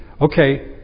okay